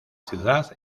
ciudad